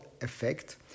effect